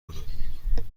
کنم